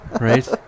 right